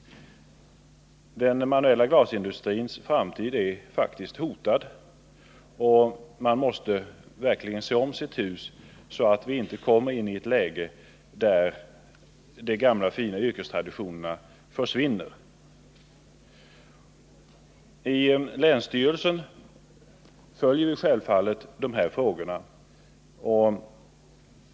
Den manuella glasindustrins framtid är faktiskt hotad, och man måste verkligen se om sitt hus, så att man inte kommer in i ett sådant läge att de gamla fina yrkestraditionerna försvinner. På länsstyrelsen följer vi självfallet de här frågorna.